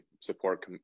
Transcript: support